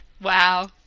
Wow